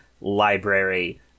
library